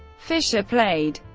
fischer played,